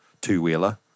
two-wheeler